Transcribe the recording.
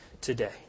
today